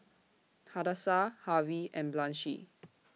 Hadassah Harvey and Blanchie